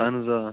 اہن حظ آ